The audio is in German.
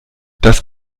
das